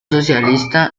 socialista